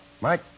Mike